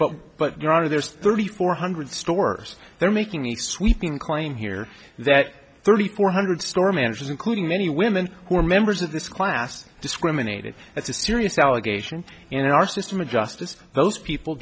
are there's thirty four hundred stores they're making me sweeping claim here that thirty four hundred store managers including many women who are members of this class discriminated that's a serious allegation and in our system of justice those people